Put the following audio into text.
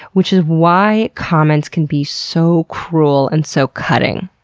which is why comments can be so cruel and so cutting.